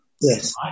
Yes